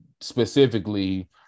specifically